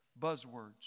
buzzwords